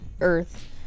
Earth